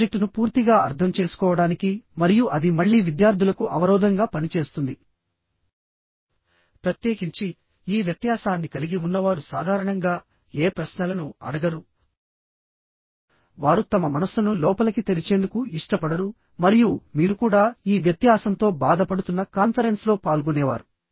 సబ్జెక్టును పూర్తిగా అర్థం చేసుకోవడానికి మరియు అది మళ్ళీ విద్యార్థులకు అవరోధంగా పనిచేస్తుంది ప్రత్యేకించి ఈ వ్యత్యాసాన్ని కలిగి ఉన్నవారు సాధారణంగా ఏ ప్రశ్నలను అడగరు వారు తమ మనస్సును లోపలకి తెరిచేందుకు ఇష్టపడరు మరియు మీరు కూడా ఈ వ్యత్యాసంతో బాధపడుతున్న కాన్ఫరెన్స్లో పాల్గొనేవారు